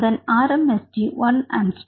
அதன் RMSD 1 Angstrom